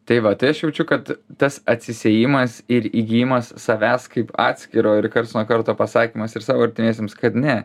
tai va tai aš jaučiu kad tas atsisiejimas ir įgijimas savęs kaip atskiro ir karts nuo karto pasakymas ir savo artimiesiems kad ne